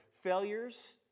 failures